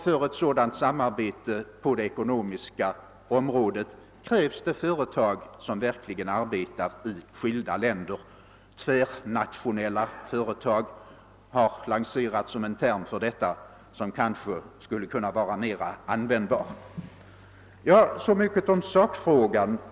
För ett sådant samarbete på det ekonomiska området krävs det företag som verkligen arbetar i skilda länder — »tvärnationella» företag är en term för detta som kanske skulle kunna vara mera användbar. — Så mycket om sakfrågan.